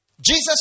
Jesus